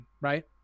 right